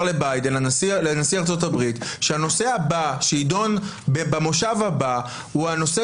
לנשיא ארצות הברית שהנושא הבא שיידון במושב הבא הוא הנושא